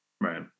right